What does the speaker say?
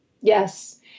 Yes